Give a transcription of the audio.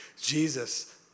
Jesus